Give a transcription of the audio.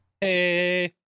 Hey